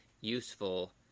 useful